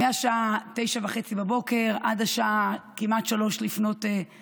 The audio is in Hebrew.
מהשעה 09:30 כמעט עד השעה 03:00,